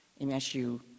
MSU